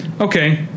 Okay